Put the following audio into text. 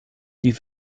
die